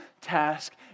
task